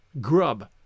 grub